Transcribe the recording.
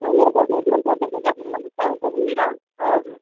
सुनेको थिएँ कि तपाईँको दोकानमा पनि पाउँछ भनेर हजुर